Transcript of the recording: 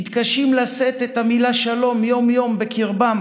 מתקשים לשאת את המילה שלום יום-יום בקרבם,